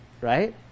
right